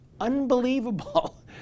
unbelievable